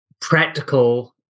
practical